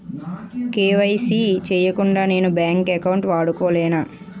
KYC చేయకుండా నేను bank account వాడుకొలేన?